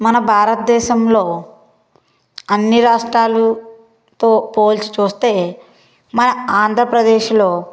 మన భారతదేశంలో అన్నీ రాష్ట్రాలతో పోల్చి చూస్తే మన ఆంధ్రప్రదేశ్లో